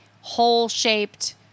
hole-shaped